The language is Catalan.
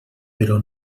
però